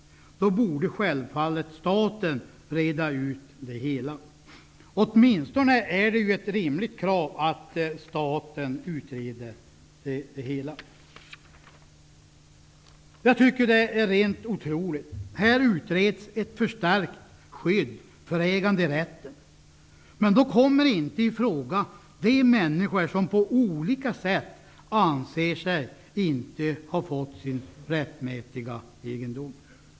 Då borde självfallet staten reda ut det hela. Åtminstone är det ju ett rimligt krav att staten utreder frågan. Jag tycker att det är helt otroligt att man utreder ett förstärkt skydd för äganderätten utan att de människor kommer i fråga som på olika sätt anser sig inte ha fått sin rättmätiga egendom.